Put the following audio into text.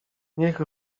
niech